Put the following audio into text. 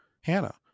Hannah